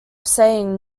saying